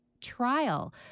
trial